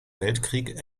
weltkrieg